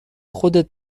خودت